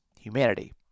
humanity